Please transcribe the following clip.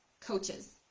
coaches